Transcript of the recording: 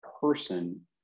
person